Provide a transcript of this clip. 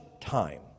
time